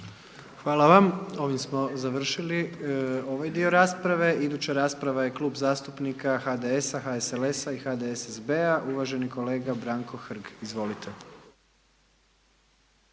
Hvala vam. Ovim smo završili ovaj dio rasprave. Iduća rasprava je Klub zastupnik HDS-a, HSLS-a i HDSSB-a uvaženi kolega Branko Hrg. Izvolite.